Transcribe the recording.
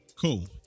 cool